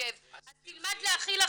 ואני באה לפקח,